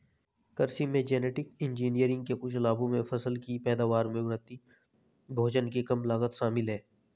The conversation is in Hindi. कृषि में जेनेटिक इंजीनियरिंग के कुछ लाभों में फसल की पैदावार में वृद्धि, भोजन की कम लागत शामिल हैं